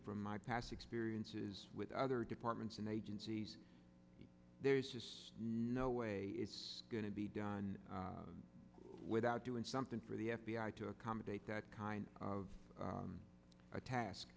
my past experiences with other departments and agencies there's just no way it's going to be done without doing something for the f b i to accommodate that kind of a task